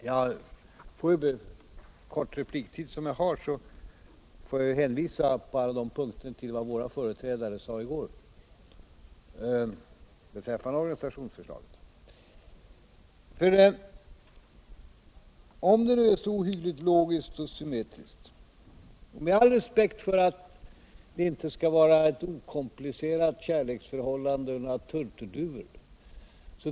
På grund av den korta repliktid som jag har får jag hinvisa till vad socialdemokratins företrädare sade i går beträffande organisationsförslaget. Men om förslaget är så ohyggligt logiskt och symmetriskt, med all respekt för att det inte skall vara eu okomplicerat kärleksförhållande, ett förhållande mellan turturduvor.